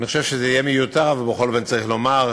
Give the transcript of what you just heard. אני חושב שזה יהיה מיותר, אבל בכל אופן צריך לומר: